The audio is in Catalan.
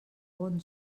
bon